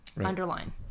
Underline